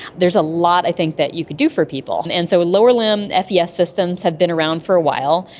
there's a lot i think that you could do for people. and and so lower limb fes yeah systems have been around for a while,